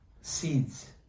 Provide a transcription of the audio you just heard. seeds